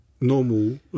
normal